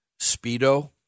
speedo